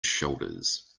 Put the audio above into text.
shoulders